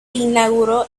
inauguró